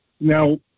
Now